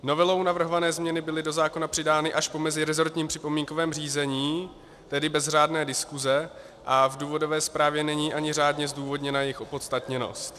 Novelou navrhované změny byly do zákona přidány až po meziresortním připomínkovém řízení, tedy bez řádné diskuse, a v důvodové zprávě není ani řádně zdůvodněna jejich opodstatněnost.